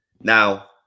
now